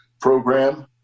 program